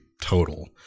total